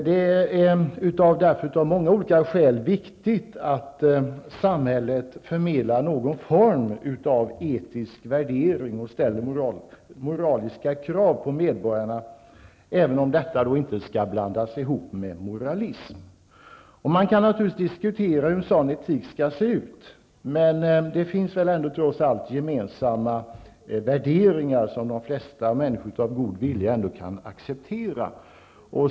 Det är av många olika skäl viktigt att samhället förmedlar någon form av etisk värdering och ställer moraliska krav på medborgarna, även om detta inte skall blandas ihop med moralism. Man kan naturligtvis diskutera hur en sådan etik skall se ut. Men det finns väl trots allt gemensamma värderingar som de flesta människor med god vilja kan acceptera.